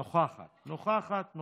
נוכחת.